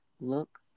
look